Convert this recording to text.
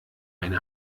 eine